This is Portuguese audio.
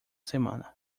semana